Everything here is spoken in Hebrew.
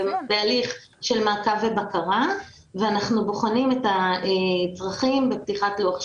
בהליך של מעקב ובקרה ואנחנו בוחנים את הצרכים בפתיחת לוח 2,